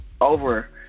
over